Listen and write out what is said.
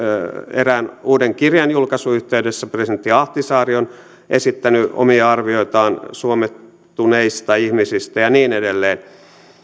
erään uuden kirjan julkaisun yhteydessä presidentti ahtisaari on esittänyt omia arvioitaan suomettuneista ihmisistä ja niin edelleen